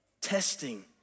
testing